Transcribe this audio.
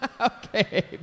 Okay